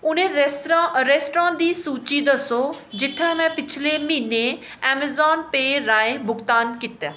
उ'नें restaurant restaurant दी सूची दस्सो जित्थै में पिछले म्हीने ऐमजान पेऽ राहें भुगतान कीता